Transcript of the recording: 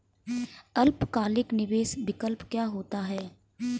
अल्पकालिक निवेश विकल्प क्या होता है?